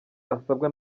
asabwa